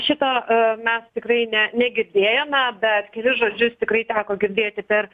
šitą a mes tikrai ne negirdėjome bet kelis žodžius tikrai teko girdėti per